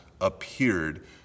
appeared